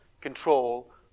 control